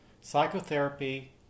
psychotherapy